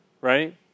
right